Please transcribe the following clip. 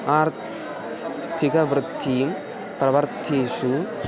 आर्थिक वृत्तिं प्रवर्तितेषु